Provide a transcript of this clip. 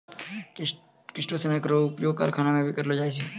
किटोसनक रो उपयोग करखाना मे भी करलो जाय छै